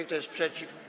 Kto jest przeciw?